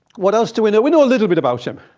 what else do we know? we know a little bit about him.